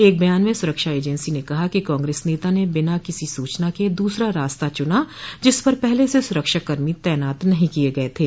एक बयान में सुरक्षा एजेंसी ने कहा कि कांग्रेस नेता ने बिना किसी सूचना के दूसरा रास्ता चुना जिस पर पहले से सुरक्षाकर्मी तैनात नहीं किये गये थे